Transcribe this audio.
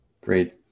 great